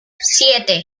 siete